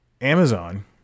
Amazon